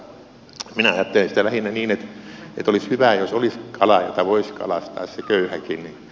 minä ajattelen sitä lähinnä niin että olisi hyvä jos olisi kalaa jota voisi kalastaa se köyhäkin